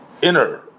Inner